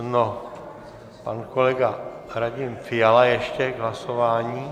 No pan kolega Radim Fiala ještě k hlasování.